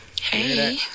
hey